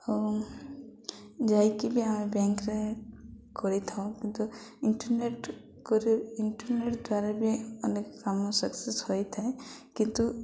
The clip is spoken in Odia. ଆଉ ଯାଇକି ବି ଆମେ ବ୍ୟାଙ୍କରେ କରିଥାଉ କିନ୍ତୁ ଇଣ୍ଟରନେଟ୍ କରି ଇଣ୍ଟରନେଟ୍ ଦ୍ୱାରା ବି ଅନେକ କାମ ସକ୍ସେସ ହୋଇଥାଏ କିନ୍ତୁ